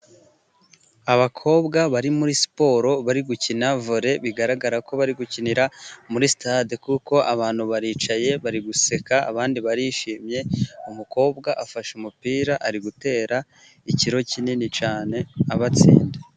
Abakobwa bari muri siporo bari gukina vore, bigaragara ko bari gukinira muri stade, kuko abantu baricaye bari guseka, abandi barishimye. Umukobwa afashe umupira ari gutera ikiro kinini cyane agatsinda.